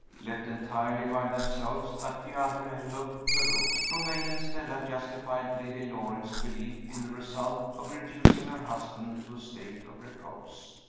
left entirely by themselves, at the other end of the room, romayne and stella justified lady loring's belief in the result of reducing her husband to a state of repose.